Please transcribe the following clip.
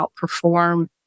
outperform